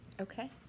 Okay